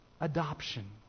adoption